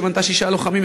שמנתה שישה לוחמים,